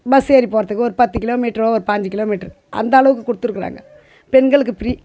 bus ஏறி போகிறதுக்கு ஒரு பத்து கிலோமீட்டரோ ஒரு பாஞ்சி கிலோமீட்டர் அந்தளவுக்கு கொடுத்துருக்காங்க பெண்களுக்கு ஃப்ரீ